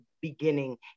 beginning